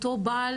אותו בעל